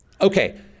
Okay